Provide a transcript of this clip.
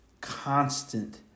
constant